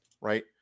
right